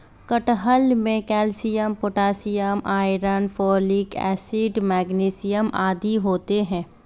कटहल में calcium potassium iron folic acid magnesium आदि होते हैं